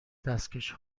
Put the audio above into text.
دستکش